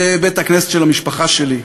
זה בית-הכנסת של המשפחה שלי.